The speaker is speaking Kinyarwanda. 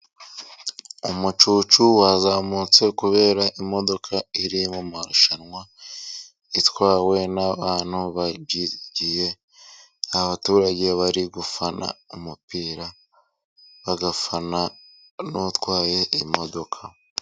Umucucu wazamutse kubera imodoka iri mu marushanwa, itwawe n'abantu babyigiye. Abaturage bari gufana umupira, bagafana n'utwaye imodoka.